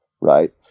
right